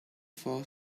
for